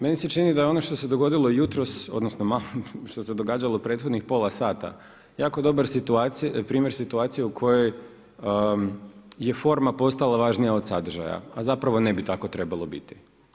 Meni se čini da ono što se dogodilo jutros odnosno što se događalo prethodnih pola sata, jako dobar primjer situacije u kojoj je forma postala važnija od sadržaja, a zapravo ne bi tako trebalo biti.